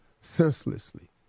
senselessly